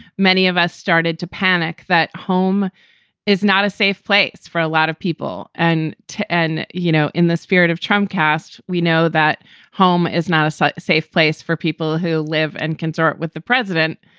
many of us started to panic that home is not a safe place for a lot of people and to end, you know, in the spirit of trump cast, we know that home is not a so safe place for people who live in and concert with the president.